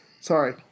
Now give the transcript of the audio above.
Sorry